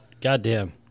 goddamn